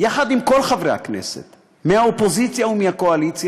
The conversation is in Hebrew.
יחד עם כל חברי הכנסת, מהאופוזיציה ומהקואליציה,